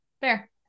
Fair